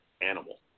animal